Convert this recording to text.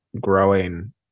growing